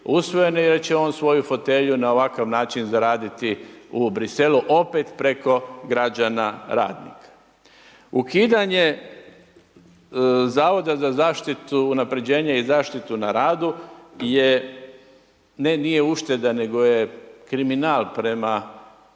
usvojeni jer će on svoju fotelju na ovakav način zaraditi u Bruxellesu, opet preko građana radnika. Ukidanje zavoda za unapređenje i zaštitu na radu je, ne nije ušteda, nego je kriminal prema zaštiti